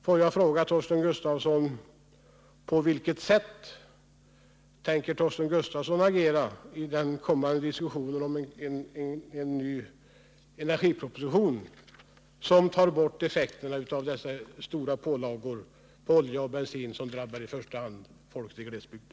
Låt mig då fråga Torsten Gustafsson: På vilket sätt tänker Torsten Gustafsson agera i den kommande diskussionen om en ny energiproposition för att ta bort effekterna av de stora pålagor på olja och bensin som drabbar i första hand folket i glesbygden?